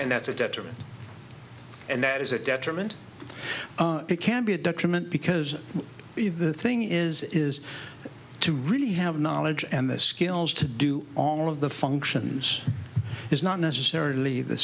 and that's a detriment and that is a detriment it can be a detriment because if the thing is is to really have knowledge and the skills to do all of the functions it's not necessarily the